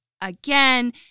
again